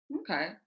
Okay